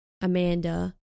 Amanda